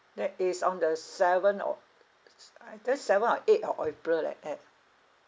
that is on the seventh or either seventh or eighth of april like that